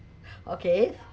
okay